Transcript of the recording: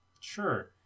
Sure